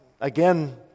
again